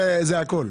האנרגיה.